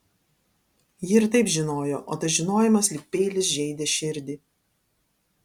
ji ir taip žinojo o tas žinojimas lyg peilis žeidė širdį